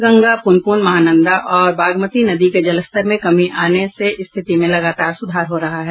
गंगा पुनपुन महानंदा और बागमती नदी के जलस्तर में कमी आने से स्थिति में लगातार सुधार हो रहा है